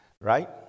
Right